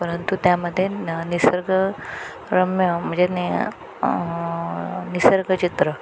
परंतु त्यामध्ये निसर्ग रम्य म्हणजे ने निसर्ग चित्र